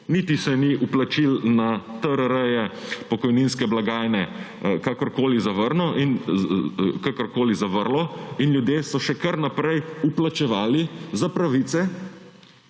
niti se ni vplačil na TRR pokojninske blagajne kakorkoli zavrlo. In ljudje so še kar naprej vplačevali za pravice,